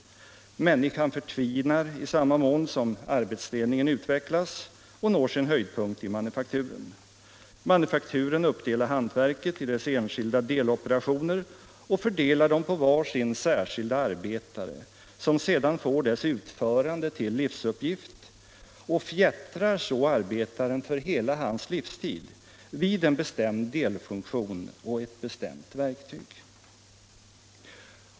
Människan förtvinar i samma mån som arbetsdelningen utvecklas och når sin höjdpunkt i manufakturen. Manufakturen uppdelar hantverket i dess enskilda deloperationer och fördelar dem på var sin särskilda arbetare som sedan får dess utförande till livsuppgift och fjättrar så arbetaren för hela hans livstid vid en bestämd delfunktion och ett bestämt verktyg.